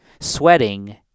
sweating